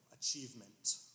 achievement